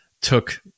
took